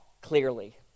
clearly